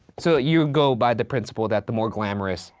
so you go by the principle that the more glamorous,